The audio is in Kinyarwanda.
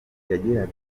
yageraga